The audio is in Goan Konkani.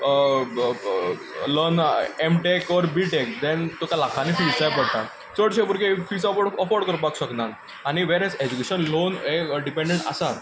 learn M Tech or B Tech then तुका लाखांनी फीज जाय पडटा चडशे भुरगे ही फी अफोर्ड करपाक शकनात आनी वेरएज एज्युकेशन लोन हो डिपेंडंट आसाच